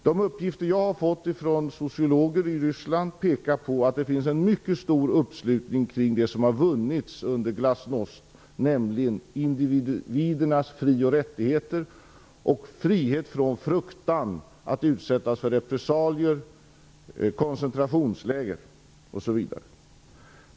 De uppgifter jag har fått från sociologer i Ryssland pekar på att det finns en mycket stor uppslutning kring det som har vunnits under glasnost, nämligen individernas fri och rättigheter och frihet från fruktan att utsättas för repressalier, koncentrationsläger osv.